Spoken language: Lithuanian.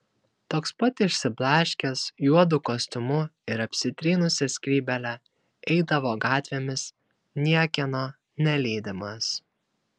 toks pat išsiblaškęs juodu kostiumu ir apsitrynusia skrybėle eidavo gatvėmis niekieno nelydimas